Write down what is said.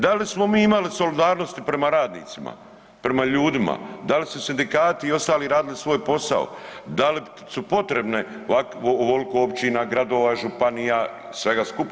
Da li smo mi imali solidarnosti prema radnicima, prema ljudima, da li su sindikati i ostali radili svoj posao, da li su potrebne ovolko općina, gradova, županija, svega skupa?